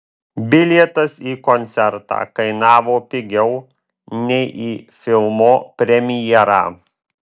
bilietas į koncertą kainavo pigiau nei į filmo premjerą